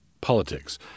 politics